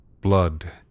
Blood